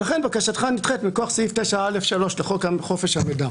ולכן בקשתך נדחית מכוח סעיף 9א 3 לחוק חופש המידע".